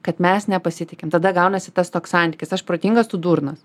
kad mes nepasitikim tada gaunasi tas toks santykis aš protingas tu durnas